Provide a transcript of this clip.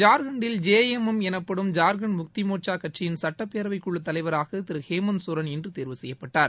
ஜார்க்கண்ட்டில் J M M எனப்படும் ஜார்கண்ட் முக்தி மோர்ச்சா கட்சியின் சட்டப்பேரவைக்குழுத் தலைவராக திரு ஹேமந்த் சோரன் இன்று தேர்வு செய்யப்பட்டார்